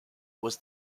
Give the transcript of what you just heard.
was